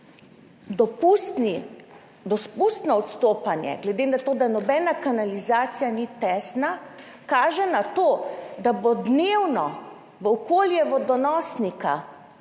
dopustno odstopanje glede na to, da nobena kanalizacija ni tesna, kaže na to, da bo dnevno v okolje vodonosnika